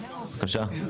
בבקשה.